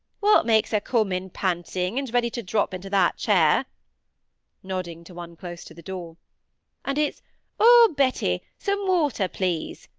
what makes her come in panting and ready to drop into that chair nodding to one close to the door and it's oh! betty, some water, please?